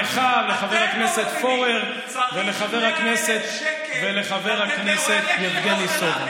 לחבר הכנסת פורר ולחבר הכנסת יבגני סובה.